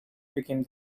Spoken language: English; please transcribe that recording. became